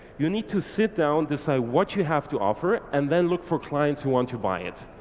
you need to sit down, decide what you have to offer, and then look for clients who want to buy it.